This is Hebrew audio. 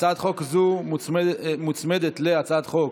הצעת חוק זו מוצמדת להצעת חוק